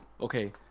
okay